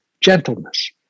gentleness